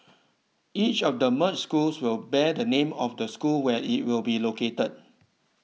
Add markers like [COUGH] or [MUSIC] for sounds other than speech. each of the merged schools will bear the name of the school where it will be located [UNINTELLIGIBLE]